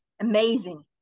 amazing